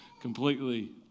completely